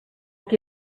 qui